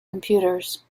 computers